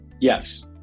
Yes